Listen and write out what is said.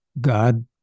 God